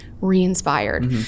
re-inspired